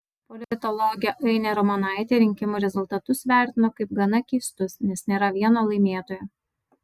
politologė ainė ramonaitė rinkimų rezultatus vertino kaip gana keistus nes nėra vieno laimėtojo